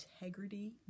integrity